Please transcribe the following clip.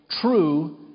true